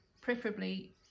preferably